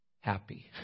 happy